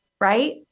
right